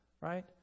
right